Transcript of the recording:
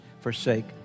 forsake